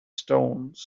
stones